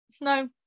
no